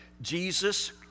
Jesus